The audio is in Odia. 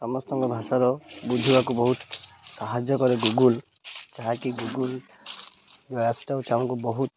ସମସ୍ତଙ୍କ ଭାଷାର ବୁଝିବାକୁ ବହୁତ ସାହାଯ୍ୟ କରେ ଗୁଗୁଲ୍ ଯାହାକି ଗୁଗୁଲ୍ ଆପ୍ଟା ତାକୁ ବହୁତ